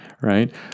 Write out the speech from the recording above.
right